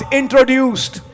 introduced